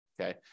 Okay